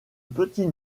petit